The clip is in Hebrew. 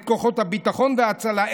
את כוחות הביטחון וההצלה,